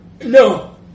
No